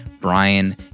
Brian